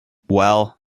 well